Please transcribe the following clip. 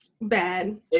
bad